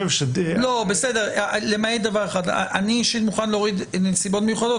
אני אישית מוכן להוריד את המילים נסיבות מיוחדות,